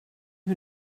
who